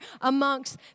amongst